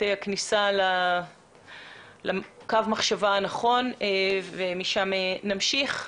הכניסה לקו המחשבה הנכון ומשם נמשיך.